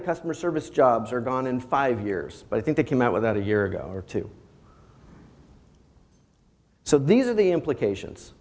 of customer service jobs are gone in five years but i think they came out with that a year ago or two so these are the implications